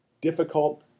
difficult